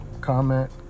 comment